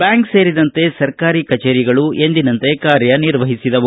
bank ಸೇರಿದಂತೆ ಸರ್ಕಾರಿ ಕಚೇರಿಗಳು ಕಾರ್ಯ ನಿರ್ವಹಿಸಿದವು